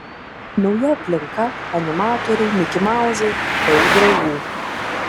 nauja aplinka animatoriai mikimauzai daug draugų